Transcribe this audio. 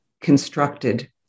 constructed